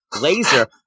Laser